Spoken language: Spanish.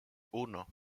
uno